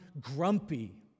grumpy